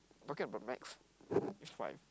talking about max is five